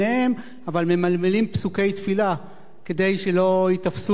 אבל ממלמלים פסוקי תפילה כדי שלא ייתפסו כמתפללים,